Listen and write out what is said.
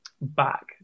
back